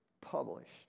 published